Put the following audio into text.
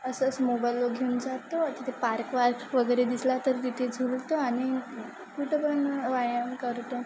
असंच मोबाईल लो घेऊन जातो तिथे पार्क वार्क वगैरे दिसला तर तिथे झुलतो आणि कुठं पण व्यायाम करतो